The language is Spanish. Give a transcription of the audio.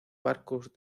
barcos